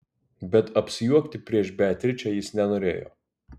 bet apsijuokti prieš beatričę jis nenorėjo